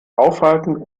aufhalten